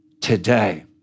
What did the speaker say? today